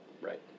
Right